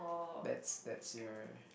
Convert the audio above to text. that's that's your